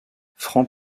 franc